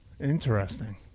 Interesting